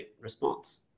response